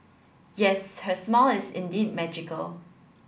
yes her smile is indeed magical